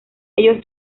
ellos